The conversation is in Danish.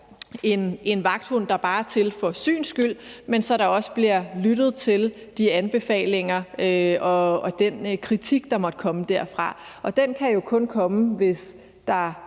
en vagthund, der bare er til for syns skyld, men så der også bliver lyttet til de anbefalinger og den kritik, der måtte komme derfra. Og den kan jo kun komme, hvis der